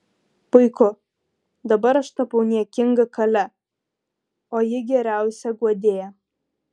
puiku dabar aš tapau niekinga kale o ji geriausia guodėja